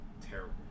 terrible